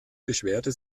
beschwerte